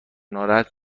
ناراحت